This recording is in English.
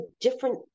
different